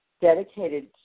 dedicated